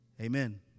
Amen